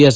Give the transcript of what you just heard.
S